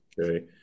okay